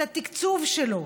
את התקצוב שלו,